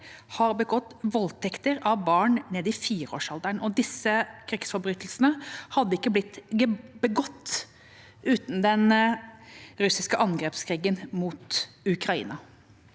har begått voldtekter av barn ned til fireårsalderen. Disse krigsforbrytelsene hadde ikke blitt begått uten den russiske angrepskrigen mot Ukraina.